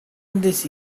this